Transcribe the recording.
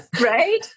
right